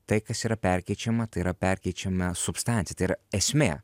tai kas yra perkeičiama tai yra perkeičiama substancija tai yra esmė